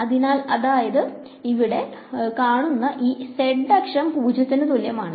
അതിനാൽ അതായത് ഇവിടെ കാണുന്ന ഈ z അക്ഷം പൂജ്യത്തിനു തുല്യം ആണ്